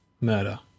murder